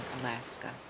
Alaska